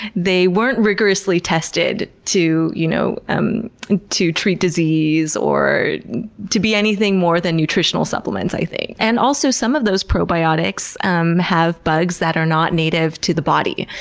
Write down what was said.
they weren't rigorously tested to you know um to treat disease or to be anything more than nutritional supplements, i think. and also some of those probiotics um have bugs that are not native to the body.